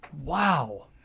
Wow